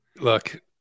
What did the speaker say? Look